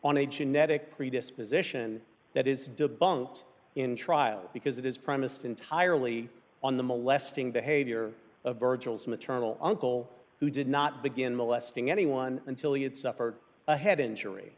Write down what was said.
on a genetic predisposition that is debunked in trial because it is premised entirely on the molesting behavior of virgil's maternal uncle who did not begin molesting anyone until he had suffered a head injury